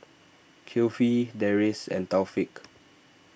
Kifli Deris and Taufik